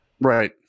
Right